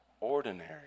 ordinary